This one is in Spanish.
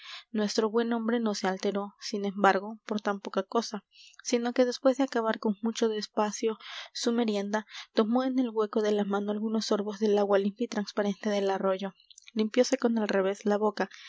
nuestro buen hombre no se alteró sin embargo por tan poca cosa sino que después de acabar con mucho despacio su merienda tomó en el hueco de la mano algunos sorbos del agua limpia y transparente del arroyo limpióse con el revés la boca